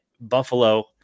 Buffalo